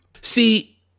See